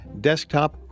desktop